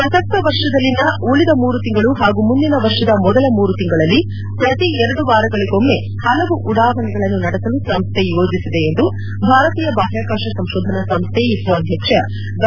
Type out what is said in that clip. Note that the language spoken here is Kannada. ಪ್ರಸಕ್ತ ವರ್ಷದಲ್ಲಿನ ಉಳಿದ ಮೂರು ತಿಂಗಳು ಹಾಗೂ ಮುಂದಿನ ವರ್ಷದ ಮೊದಲ ಮೂರು ತಿಂಗಳಲ್ಲಿ ಪ್ರತಿ ಎರಡು ವಾರಗಳಿಗೊಮ್ನೆ ಹಲವು ಉಡಾವಣೆಗಳನ್ನು ನಡೆಸಲು ಸಂಸ್ವೆ ಯೋಜಿಸಿದೆ ಎಂದು ಭಾರತೀಯ ಬಾಹ್ಕಾಕಾಶ ಸಂಶೋಧನಾ ಸಂಸ್ಥೆ ಇಸ್ರೋ ಅಧ್ಯಕ್ಷ ಡಾ